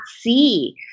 see